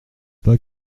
pas